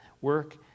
work